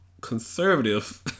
conservative